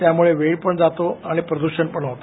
त्यामुळे वेळ पण जातो आणि प्रदूगण होते